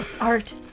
Art